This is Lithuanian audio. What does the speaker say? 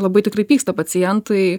labai tikrai pyksta pacientai